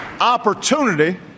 Opportunity